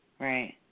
right